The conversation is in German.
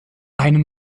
einen